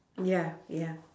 ya ya